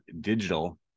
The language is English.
Digital